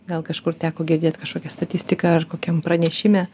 gal kažkur teko girdėt kažkokią statistiką ar kokiam pranešime